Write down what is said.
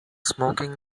smoking